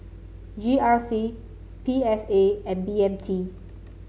G R C P S A and B M T